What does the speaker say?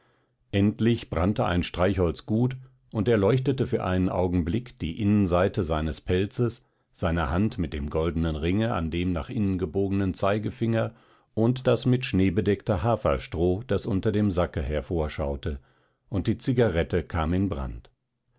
endlich brannte ein streichholz gut und erleuchtete für einen augenblick die innenseite seines pelzes seine hand mit dem goldenen ringe an dem nach innen gebogenen zeigefinger und das mit schnee bedeckte haferstroh das unter dem sacke hervorschaute und die zigarette kam in brand